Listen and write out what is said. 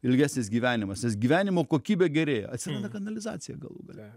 ilgesnis gyivenimas nes gyvenimo kokybė gerėja atsiranda kanalizacija galų gale